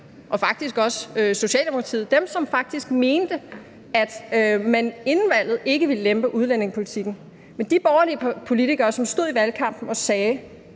men faktisk også Socialdemokratiet, dem, som faktisk inden valget mente, at man ikke ville lempe udlændingepolitikken. De borgerlige politikere, som stod i valgkampen og sagde,